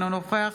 אינו נוכח